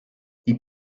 die